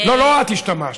לא, לא את השתמשת.